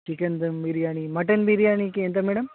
chicken dum biryani mutton బిర్యానీకి ఎంత madam